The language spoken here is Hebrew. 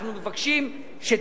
אנחנו מבקשים שתהיו,